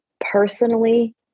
personally